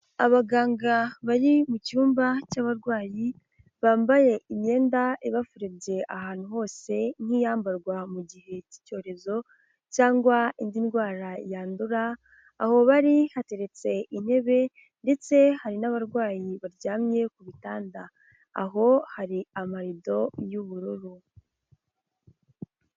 Abaganga bari mu cyumba cy'abarwayi, bambaye imyenda ibafurebye ahantu hose nk'iyambarwa mu gihe cy'icyorezo cyangwa indi ndwara yandura, aho bari hateretse intebe ndetse hari n'abarwayi baryamye ku bitanda, aho hari amarido y'ubururu.